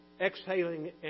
exhaling